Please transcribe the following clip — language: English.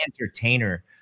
entertainer